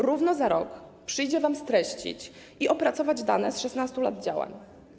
Równo za rok przyjdzie wam streścić i opracować dane z 16 lat działań.